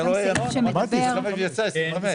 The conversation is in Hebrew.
יש גם סעיף שמדבר על כך שהייתה לו בשנת המס הכנסה